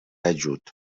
ajut